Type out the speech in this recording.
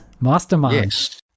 Mastermind